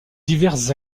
diverses